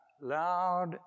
loud